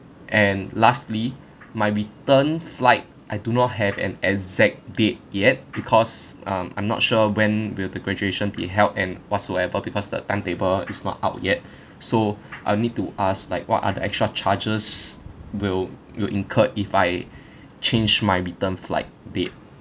and lastly my return flight I do not have an exact date yet because um I'm not sure when will the graduation be held and whatsoever because the timetable is not out yet so I'll need to ask like what are the extra charges will will incurred if I change my return flight date